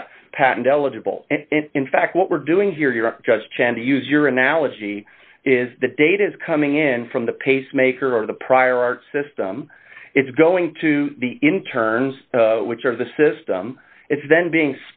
and in fact what we're doing here you're just chan to use your analogy is the data is coming in from the pacemaker or the prior art system it's going to be in turns which are the system it's then being